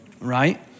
Right